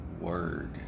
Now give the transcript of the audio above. word